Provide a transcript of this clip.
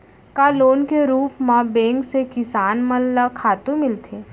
का लोन के रूप मा बैंक से किसान मन ला खातू मिलथे?